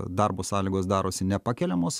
darbo sąlygos darosi nepakeliamos